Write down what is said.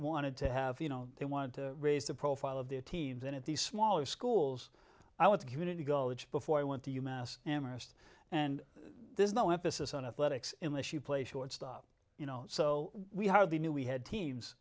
wanted to have you know they wanted to raise the profile of the teams and at these smaller schools i want community go before i went to you mass amherst and there's no emphasis on athletics unless you play shortstop you know so we hardly knew we had teams